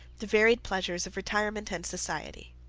the varied pleasures of retirement and society.